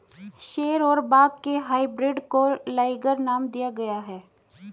शेर और बाघ के हाइब्रिड को लाइगर नाम दिया गया है